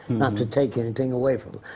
not to take anything away from